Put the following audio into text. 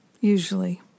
usually